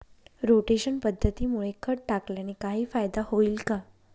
Rotation पद्धतीमुळे खत टाकल्याने काही फायदा होईल का?